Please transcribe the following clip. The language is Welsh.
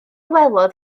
welodd